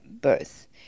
birth